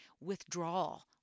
withdrawal